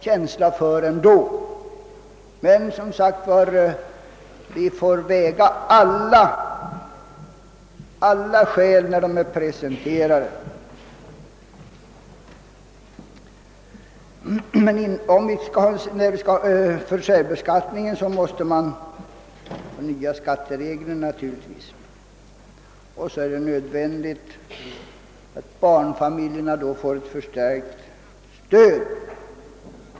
Men vi får som sagt väga alla skäl när de en gång framlagts. För att åstadkomma en särbeskattning måste man naturligtvis ha nya skatte regler. Det är nödvändigt att barnfamiljerna får ett förstärkt stöd.